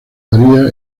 varía